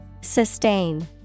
Sustain